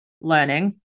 learning